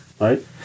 right